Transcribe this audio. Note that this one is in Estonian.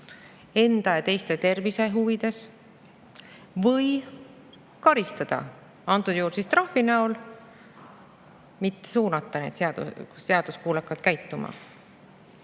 enda ja teiste tervise huvides või neid karistada, antud juhul siis trahviga, mitte suunata neid seaduskuulekalt käituma. Ma